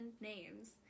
names